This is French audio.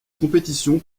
compétition